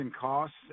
costs